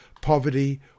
poverty